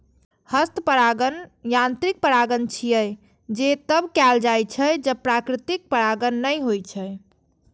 हस्त परागण यांत्रिक परागण छियै, जे तब कैल जाइ छै, जब प्राकृतिक परागण नै होइ छै